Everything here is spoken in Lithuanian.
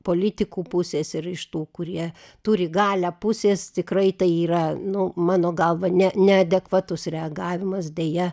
politikų pusės ir iš tų kurie turi galią pusės tikrai tai yra nu mano galva ne neadekvatus reagavimas deja